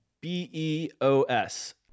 B-E-O-S